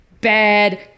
Bad